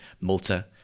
Malta